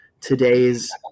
today's